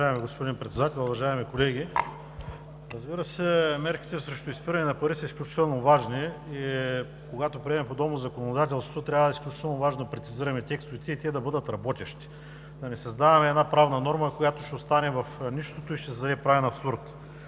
господин Председател, уважаеми колеги! Разбира се, мерките срещу изпиране на пари са изключително важни и когато приемаме подобно законодателство, трябва изключително да прецизираме текстовете и те да бъдат работещи. Да не създаваме една правна норма, която ще остане в нищото и ще създаде правен абсурд.